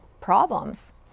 problems